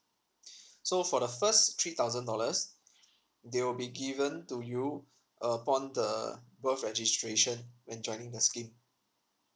so for the first three thousand dollars they will be given to you upon the birth registration when joining the scheme